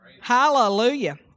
Hallelujah